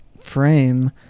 frame